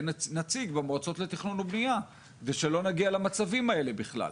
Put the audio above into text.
נציג במועצות לתכנון ובניה ושלא נגיע למצבים האלה בכלל.